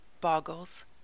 boggles